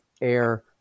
air